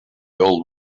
old